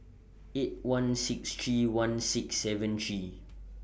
eight one six three one six seven three